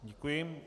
Děkuji.